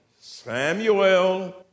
Samuel